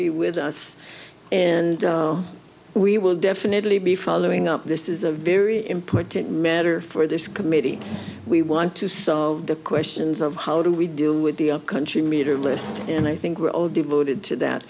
be with us and we will definitely be following up this is a very important matter for this committee we want to solve the questions of how do we do with the upcountry meter list and i think we're all devoted to that